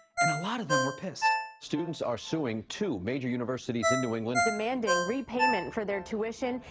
and a lot of them were pissed. students are suing two major universities in new england. demanding repayment for their tuition,